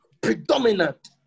predominant